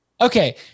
Okay